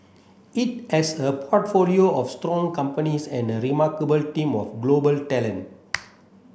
it has a portfolio of strong companies and a remarkable team of global talent